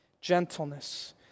Gentleness